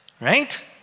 right